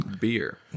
Beer